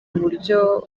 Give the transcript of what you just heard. uburyo